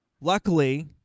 Luckily